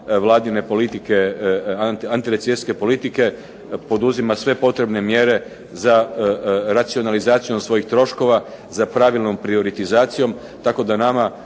Vladine antirecesijske politike poduzima sve potrebne mjere za racionalizacijom svojih troškova, za pravilnom prioritizacijom tako da na